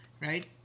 right